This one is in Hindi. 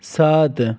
सात